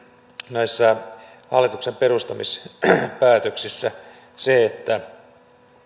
näissä hallituksen perustamispäätöksissä se että